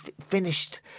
finished